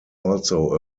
also